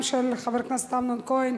גם של חבר הכנסת אמנון כהן,